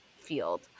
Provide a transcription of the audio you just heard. field